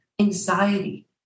anxiety